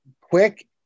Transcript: quick